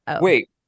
Wait